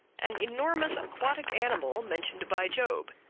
an enormous aquatic animal mentioned by job.